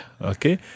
Okay